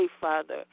Father